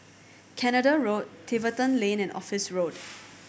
Canada Road Tiverton Lane and Office Road